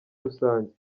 rusange